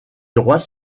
droits